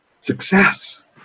Success